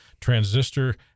transistor